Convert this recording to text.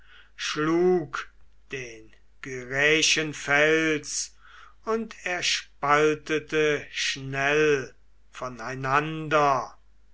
schlug den gyraiischen fels und er spaltete schnell voneinander